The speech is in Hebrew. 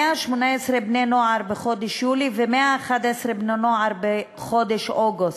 118 בני-נוער בחודש יולי ו-111 בני-נוער בחודש אוגוסט,